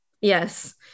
Yes